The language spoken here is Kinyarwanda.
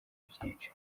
byinshi